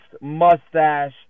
mustache